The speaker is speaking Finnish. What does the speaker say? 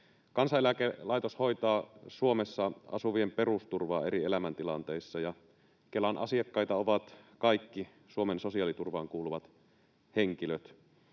Kansaneläkelaitos hoitaa Suomessa asuvien perusturvaa eri elämäntilanteissa, ja Kelan asiakkaita ovat kaikki Suomen sosiaaliturvaan kuuluvat henkilöt.